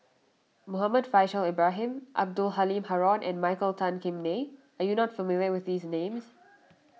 Muhammad Faishal Ibrahim Abdul Halim Haron and Michael Tan Kim Nei are you not familiar with these names